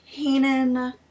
Kanan